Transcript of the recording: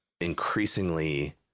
increasingly